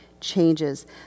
changes